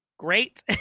great